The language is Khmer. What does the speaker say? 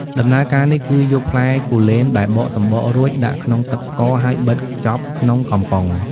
ដំណើរការនេះគឺយកផ្លែគូលែនដែលបកសំបករួចដាក់ក្នុងទឹកស្ករ ហើយបិទខ្ចប់ក្នុងកំប៉ុង។